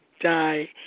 die